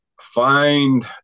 Find